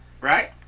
Right